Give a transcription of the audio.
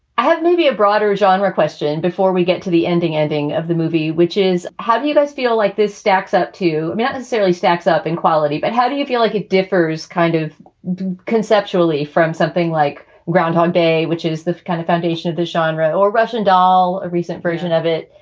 i had maybe a broader genre question before we get to the ending ending of the movie, which is how do you guys feel like this stacks up to me. not necessarily stacks up in quality, but how do you feel like it differs kind of conceptually from something like groundhog day, which is this kind of foundation of the genre or russian doll, a recent version of it.